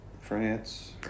France